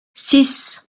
six